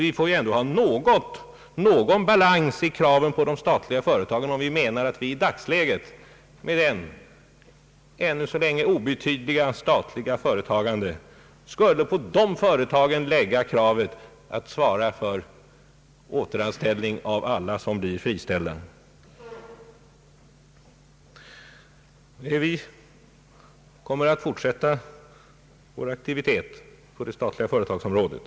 Vi kan väl ändå inte i dagens läge med det ännu så länge obetydliga statliga företagandet ställa kravet att statliga företag skall svara för återanställning av alla som blir friställda. Vi kommer att fortsätta vår aktivitet på det statliga företagsområdet.